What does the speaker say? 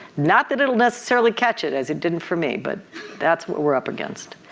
not that it'll necessarily catch it as it didn't for me but that's what we're up against.